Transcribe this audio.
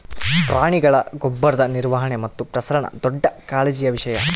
ಪ್ರಾಣಿಗಳ ಗೊಬ್ಬರದ ನಿರ್ವಹಣೆ ಮತ್ತು ಪ್ರಸರಣ ದೊಡ್ಡ ಕಾಳಜಿಯ ವಿಷಯ